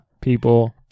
people